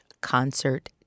concert